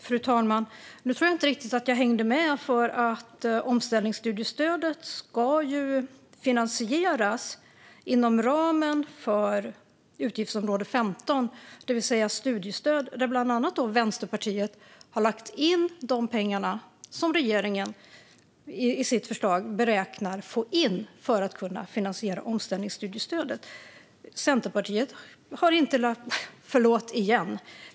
Fru talman! Nu tror jag inte riktigt att jag hängde med. Omställningsstudiestödet ska ju finansieras inom ramen för utgiftsområde 15 Studiestöd, och där har bland andra Vänsterpartiet har lagt in de pengar som regeringen i sitt förslag beräknar få in för att kunna finansiera omställningsstudiestödet.